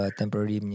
temporary